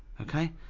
Okay